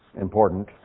important